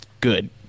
good